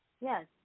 Yes